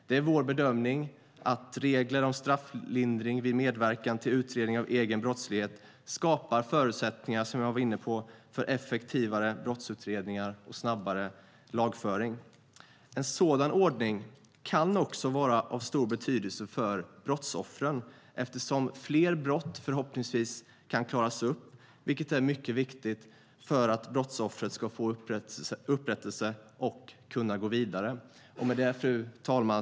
Det är vår bedömning att regler om strafflindring vid medverkan till utredning av egen brottslighet skapar, som jag var inne på, förutsättningar för effektivare brottsutredningar och snabbare lagföring. En sådan ordning kan också vara av stor betydelse för brottsoffren eftersom fler brott förhoppningsvis kan klaras upp, vilket är mycket viktigt för att brottsoffret ska få upprättelse och kunna gå vidare. Fru talman!